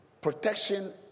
protection